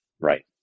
Right